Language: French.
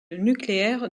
nucléaire